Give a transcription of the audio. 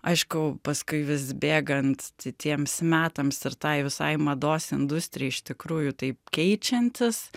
aišku paskui vis bėgant tiems metams ir tai visai mados industrijai iš tikrųjų taip keičiantis